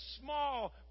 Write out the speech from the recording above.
small